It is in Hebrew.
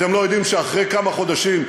אתם לא יודעים שאחרי כמה חודשים,